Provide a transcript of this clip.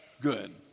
good